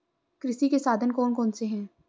कृषि के साधन कौन कौन से हैं?